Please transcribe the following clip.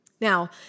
Now